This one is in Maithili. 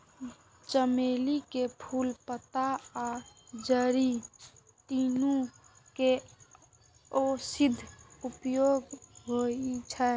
चमेली के फूल, पात आ जड़ि, तीनू के औषधीय उपयोग होइ छै